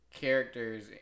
characters